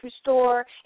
store